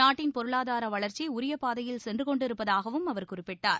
நாட்டின் பொருளாதாரவளர்ச்சிஉரியபாதையில் சென்றுகொண்டிருப்பதாகவும் அவர் குறிப்பிட்டார்